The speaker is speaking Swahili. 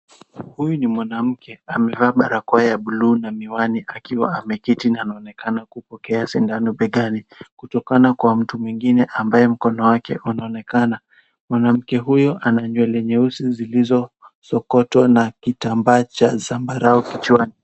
Huyu ni mwanamke, amevaa barakoa ya bluu na miwani akiwa ameketi na anaonekana kupokea sindano begani, kutokana kwa mtu mwingine ambaye mkono wake unaonekana. Mwanamke huyu ana nywele nyeusi zilizosokotwa na kitambaa cha zambarau kichwani.